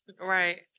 Right